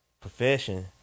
profession